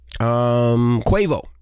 Quavo